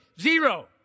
zero